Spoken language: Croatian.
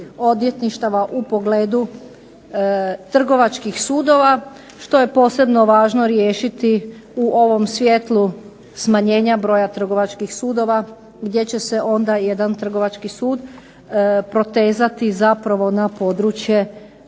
odvjetništava u pogledu trgovačkih sudova, što je posebno važno riješiti u ovom svjetlu smanjenja broj trgovačkih sudova gdje će se jedan trgovački sud protezati zapravo na područje